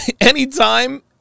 anytime